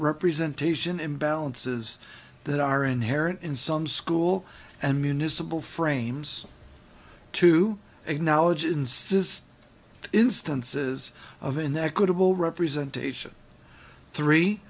representation imbalances that are inherent in some school and municipal frames to acknowledge insists instances of an equitable representation three